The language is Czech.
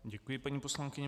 Děkuji paní poslankyni.